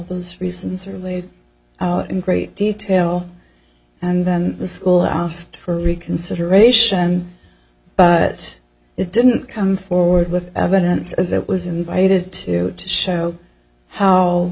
those reasons are laid out in great detail and then the school asked for reconsideration but it didn't come forward with evidence as it was invited to show how